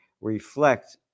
reflect